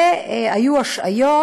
והיו השעיות,